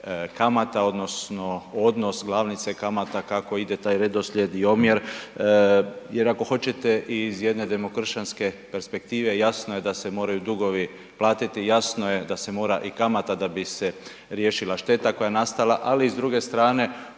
odnos glavnice kamata kako taj ide taj redoslijed i omjer jer ako hoćete ih jedne demokršćanske perspektive jasno je da se moraju dugovi platiti, jasno je da se mora i kamata da bi se riješila šteta koja je nastala, ali i s druge strane